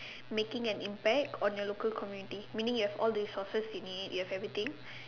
making an impact on your local community meaning you have all the resources you need you have everything